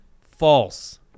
False